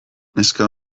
neska